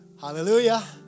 Hallelujah